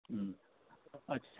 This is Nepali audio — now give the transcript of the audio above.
उम् अच्छा